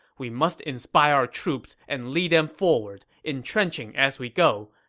we must inspire our troops and lead them forward, entrenching as we go.